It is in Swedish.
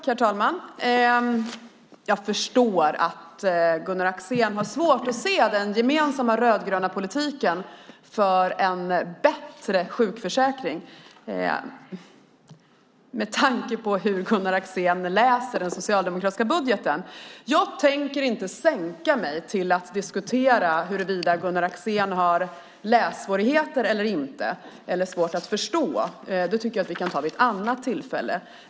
Herr talman! Jag förstår att Gunnar Axén har svårt att se den gemensamma rödgröna politiken för en bättre sjukförsäkring med tanke på hur Gunnar Axén läser den socialdemokratiska budgeten. Jag tänker inte sänka mig till att diskutera huruvida Gunnar Axén har lässvårigheter eller har svårt att förstå. Det tycker jag att vi kan ta vid ett annat tillfälle.